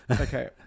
okay